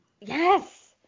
Yes